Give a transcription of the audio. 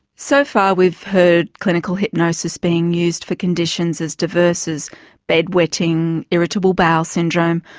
so far we've heard clinical hypnosis being used for conditions as diverse as bedwetting, irritable bowel syndrome,